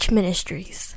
Ministries